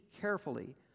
carefully